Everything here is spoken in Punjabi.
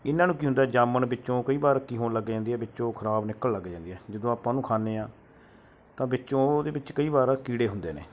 ਇਹਨਾਂ ਨੂੰ ਕੀ ਹੁੰਦਾ ਜਾਮਣ ਵਿੱਚੋਂ ਕਈ ਵਾਰ ਕੀ ਹੋਣ ਲੱਗ ਜਾਂਦੀ ਹੈ ਵਿੱਚੋਂ ਖਰਾਬ ਨਿਕਲਣ ਲੱਗ ਜਾਂਦੀ ਆ ਜਦੋਂ ਆਪਾਂ ਉਹਨੂੰ ਖਾਂਦੇ ਹਾਂ ਤਾਂ ਵਿੱਚੋਂ ਉਹਦੇ ਵਿੱਚ ਕਈ ਵਾਰ ਕੀੜੇ ਹੁੰਦੇ ਨੇ